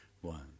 One